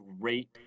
great